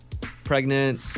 Pregnant